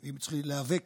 אם צריכים להיאבק